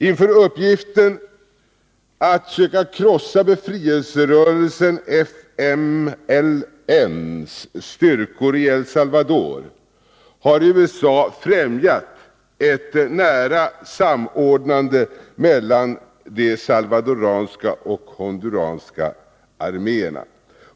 Inför uppgiften att söka krossa befrielserörelsen FMLN:s styrkor i El Salvador har USA främjat ett nära samordnande mellan de salvadoranska och honduranska armeérna.